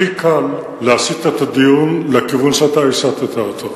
הכי קל להסיט את הדיון לכיוון שאתה הסטת אותו.